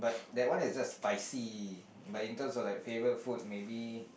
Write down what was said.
that one is just spicy but in terms of like flavour food maybe